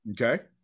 Okay